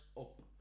up